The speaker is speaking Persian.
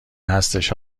هستش